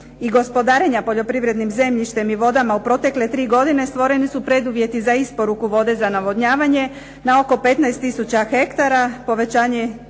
i gospodarenja poljoprivrednim zemljištem i vodama u protekle tri godine stvoreni su preduvjeti za isporuku vode za navodnjavanje na oko 15 tisuća hektara, povećanje